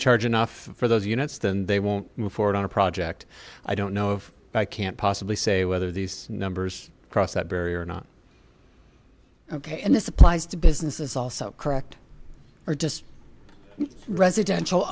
charge enough for those units then they won't move forward on a project i don't know of but i can't possibly say whether these numbers cross that barrier or not ok and this applies to businesses also correct or just residential